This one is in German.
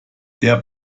der